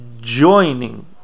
joining